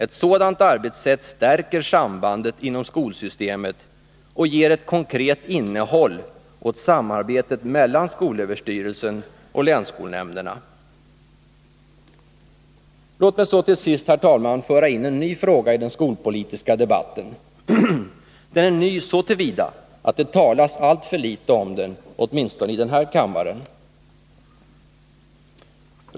Ett sådant arbetssätt stärker sambandet inom skolsystemet och ger ett konkret innehåll åt samarbetet mellan skolöverstyrelsen och länsskolnämnderna. Låt mig så till sist, herr talman, föra in en ny fråga i den skolpolitiska debatten. Den är ny så till vida att det talats alltför litet om den, åtminstone i den här kammaren.